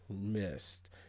missed